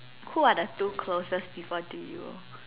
who are the two closest people to you